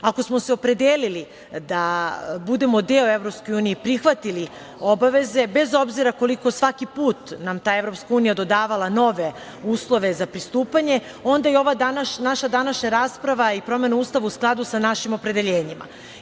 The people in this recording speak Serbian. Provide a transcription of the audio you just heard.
Ako smo se opredelili da budemo EU i prihvatili obaveze, bez obzira koliko svaki put nam ta EU dodavala nove uslove za pristupanje, onda i ova naša današnja rasprava o promeni Ustava je u skladu sa našim opredeljenjima.